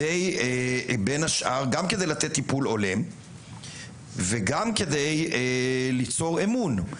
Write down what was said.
גם כדי לתת טיפול הולם וגם כדי ליצור אמון.